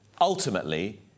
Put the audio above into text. Ultimately